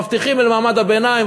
מבטיחים למעמד הביניים,